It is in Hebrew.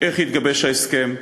איך התגבש ההסכם,